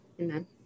amen